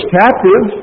captive